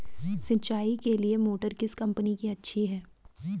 सिंचाई के लिए मोटर किस कंपनी की अच्छी है?